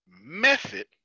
method